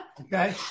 Okay